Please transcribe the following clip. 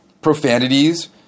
profanities